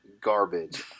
garbage